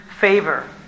favor